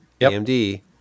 AMD